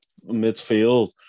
midfield